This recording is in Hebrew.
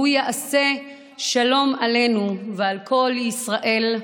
הוא יעשה שלום עלינו ועל כל ישראל,